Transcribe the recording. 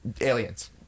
aliens